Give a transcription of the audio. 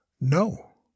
No